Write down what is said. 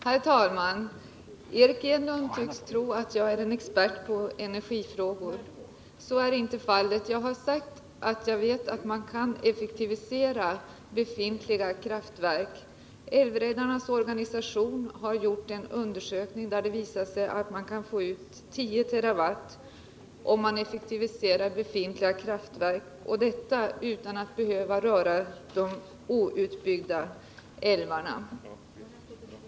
Herr talman! Eric Enlund tycks tro att jag är en expert på energifrågor. Så är inte fallet. Jag har sagt att jag vet att man kan effektivisera befintliga kraftverk. Älvräddarnas organisation har gjort en undersökning, där det visat sig att man kan få ut 10 TWh om man effektiviserar befintliga kraftverk — detta utan att behöva röra de outbyggda älvarna.